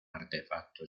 artefacto